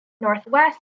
Northwest